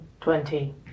twenty